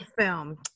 film